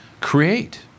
create